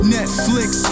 Netflix